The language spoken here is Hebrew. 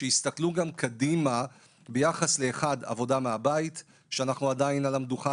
שיסתכלו גם קדימה ביחס לעבודה מהבית שאנחנו עדיין על המדוכה